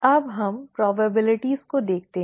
अब हम संभावनाओं को देखते हैं